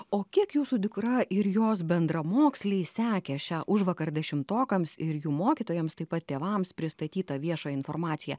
o kiek jūsų dukra ir jos bendramoksliai sekė šią užvakar dešimtokams ir jų mokytojams taip pat tėvams pristatytą viešą informaciją